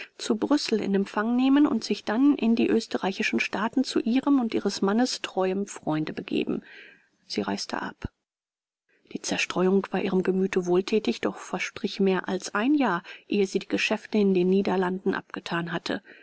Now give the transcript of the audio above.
zu brüssel in empfang nehmen und sich dann in die österreichischen staaten zu ihrem und ihres mannes treuem freunde begeben sie reiste ab die zerstreuung war ihrem gemüte wohlthätig doch verstrich mehr als ein jahr ehe sie die geschäfte in den niederlanden abgethan hatte